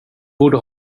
borde